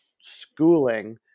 schooling